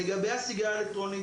לגבי הסיגריה האלקטרונית,